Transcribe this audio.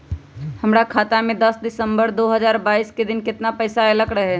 हमरा खाता में दस सितंबर दो हजार बाईस के दिन केतना पैसा अयलक रहे?